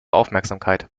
aufmerksamkeit